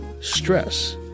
stress